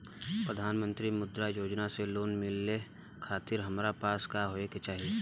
प्रधानमंत्री मुद्रा योजना से लोन मिलोए खातिर हमरा पास का होए के चाही?